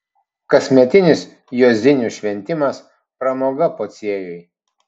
kasmetinis juozinių šventimas pramoga pociejui